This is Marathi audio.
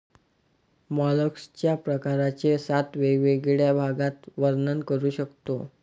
मॉलस्कच्या प्रकारांचे सात वेगवेगळ्या भागात वर्णन करू शकतो